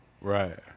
Right